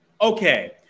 Okay